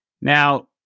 Now